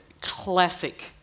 classic